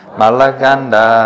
malaganda